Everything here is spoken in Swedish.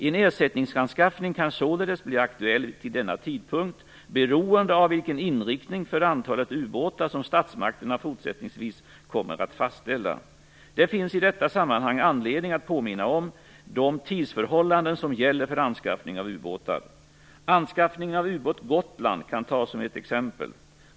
En ersättningsanskaffning kan således bli aktuell till denna tidpunkt, beroende av vilken inriktning för antalet ubåtar som statsmakterna fortsättningsvis kommer att fastställa. Det finns i detta sammanhang anledning att påminna om de tidsförhållanden som gäller för anskaffning av ubåtar. Anskaffningen av ubåt Gotland kan tas som ett exempel.